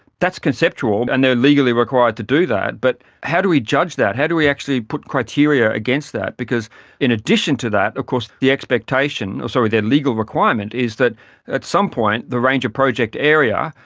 that's conceptual and they are legally required to do that, but how do we judge that, how do we actually put criteria against that? because in addition to that, of course the expectation, sorry, their legal requirement is that at some point the ranger project area,